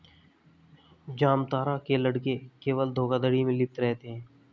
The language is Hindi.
जामतारा के लड़के केवल धोखाधड़ी में लिप्त रहते हैं